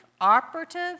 operative